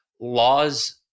laws